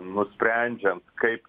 nusprendžiant kaip